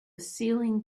ceiling